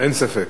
אין ספק.